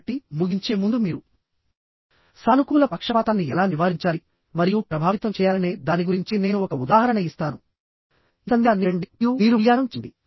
కాబట్టి ముగించే ముందు మీరు సానుకూల పక్షపాతాన్ని ఎలా నివారించాలి మరియు ప్రభావితం చేయాలనే దాని గురించి నేను ఒక ఉదాహరణ ఇస్తాను ఈ సందేశాన్ని వినండి మరియు మీరు మూల్యాంకనం చేయండి